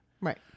Right